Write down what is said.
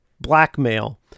blackmail